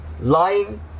Lying